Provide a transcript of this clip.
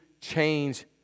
change